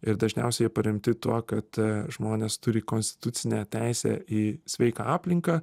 ir dažniausiai jie paremti tuo kad žmonės turi konstitucinę teisę į sveiką aplinką